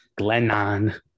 Glennon